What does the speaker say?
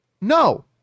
No